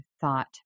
thought